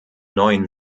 neuen